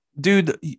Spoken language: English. Dude